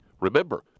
Remember